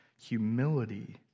humility